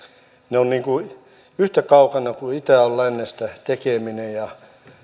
ne ovat yhtä kaukana toisistaan kuin itä on lännestä tekeminen ja